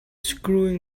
screwing